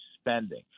spending